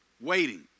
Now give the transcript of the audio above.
waiting